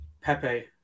Pepe